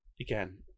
again